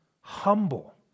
humble